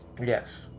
yes